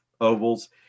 ovals